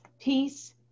Peace